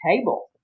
table